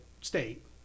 state